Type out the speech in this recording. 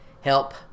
help